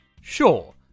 Sure